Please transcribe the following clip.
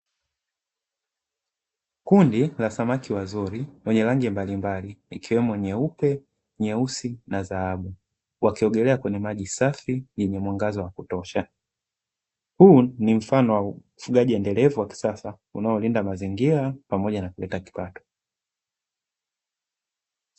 Kundi la samaki wazuri wenye rangi mbalimbali ikiwemo nyeupe, nyeusi na dhahabu wakiogelea kwenye maji safi yenye mwangaza wa kutosha, huu ni mfano wa ufugaji endelevu wakisasa, unaolinda mazingira pamoja nakuleta kipato.